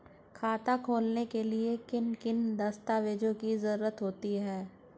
खाता खोलने के लिए किन किन दस्तावेजों की जरूरत होगी?